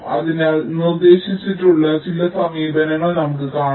അതിനാൽ നിർദ്ദേശിച്ചിട്ടുള്ള ചില സമീപനങ്ങൾ നമുക്ക് കാണാം